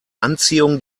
anziehung